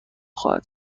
خواهد